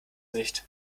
nicht